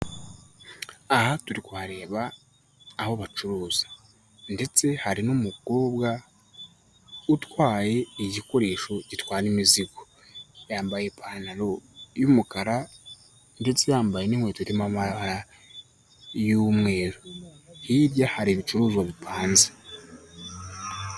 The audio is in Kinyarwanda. Aha turi kuhareba aho bacuruza, ndetse hari n'umukobwa utwaye igikoresho gitwara imizigo, yambaye ipantaro y'umukara ndetse yambaye n'inkweto irimo amabara y'umweru hirya hari ibicuruzwa bipanze neza.